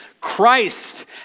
Christ